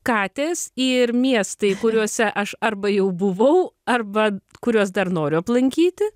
katės ir miestai kuriuose aš arba jau buvau arba kuriuos dar noriu aplankyti